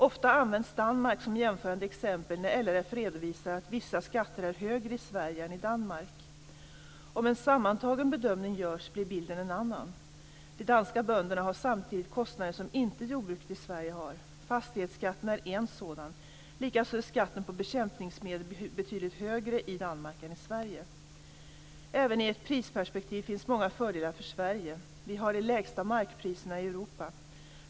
Ofta används Danmark som jämförande exempel när LRF redovisar att vissa skatter är högre i Sverige än i Danmark. Om en sammantagen bedömning görs blir bilden en annan. De danska bönderna har samtidigt kostnader som inte jordbruket i Sverige har. Fastighetsskatten är en sådan. Likaså är skatten på bekämpningsmedel betydligt högre i Danmark än i Även i ett prisperspektiv finns många fördelar för Sverige. Vi har de lägsta markpriserna i Europa.